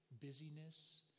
busyness